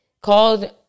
called